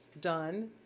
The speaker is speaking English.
done